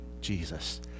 Jesus